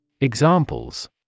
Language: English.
Examples